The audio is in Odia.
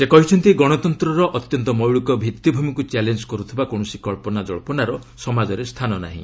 ସେ କହିଛନ୍ତି ଗଣତନ୍ତର ଅତ୍ୟନ୍ତ ମୌଳିକ ଭିତ୍ତିଭୂମିକୁ ଚ୍ୟାଲେଞ୍ଜ କରୁଥିବା କୌଣସି କଳ୍ପନାଜଳ୍ପନାର ସମାଜରେ ସ୍ଥାନ ନାହିଁ